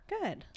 Good